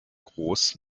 groß